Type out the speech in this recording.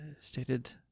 stated